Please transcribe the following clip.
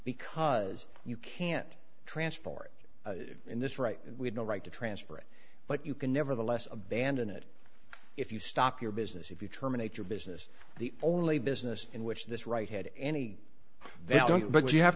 because you can't transfer it in this right we have no right to transfer it but you can nevertheless abandon it if you stop your business if you terminate your business the only business in which this right had any value but you have